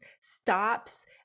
stops